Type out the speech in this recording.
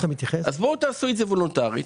אז בואו ותעשו את זה וולונטרי,